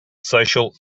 social